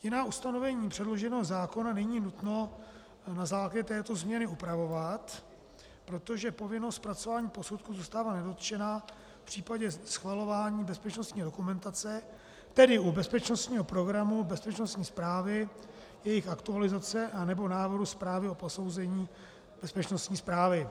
Jiná ustanovení předloženého zákona není nutno na základě této změny upravovat, protože povinnost zpracování posudku zůstává nedotčena v případě schvalování bezpečnostní dokumentace, tedy u bezpečnostního programu, bezpečnostní zprávy, jejich aktualizace a nebo návrhu zprávy o posouzení bezpečnostní zprávy.